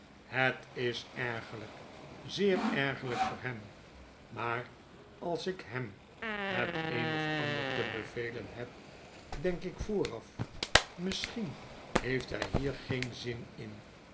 het is ergerlyk zeer ergerljjk voor hem maar als ik hem het een of ander te bevelen heb denk ik vooraf misschien heeft hij hier geen zin in